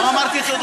ואז היא תוכל.